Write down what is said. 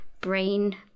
brain